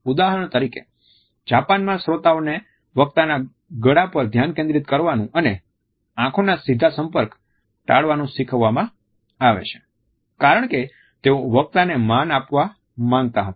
ઉદાહરણ તરીકે જાપાનમાં શ્રોતાઓને વક્તાના ગળા પર ધ્યાન કેન્દ્રિત કરવાનું અને આંખોના સીધો સંપર્ક ટાળવાનું શીખવવામાં આવે છે કારણ કે તેઓ વક્તાને માન આપવા માંગતા હતા